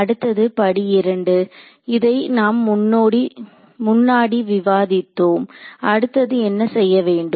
அடுத்தது படி இரண்டு இதை நாம் முன்னாடி விவாதித்தோம் அடுத்தது என்ன செய்ய வேண்டும்